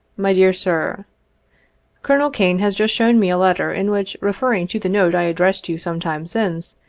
my dear sir a colonel kane has just shown me a letter, in which, refer ring to the note i addressed you some time since,